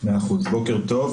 בוקר טוב.